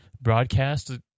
broadcast